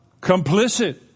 complicit